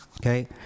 okay